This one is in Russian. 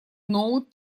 ноут